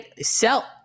sell